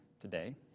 today